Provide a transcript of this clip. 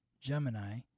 Gemini